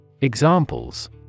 Examples